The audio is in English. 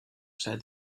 said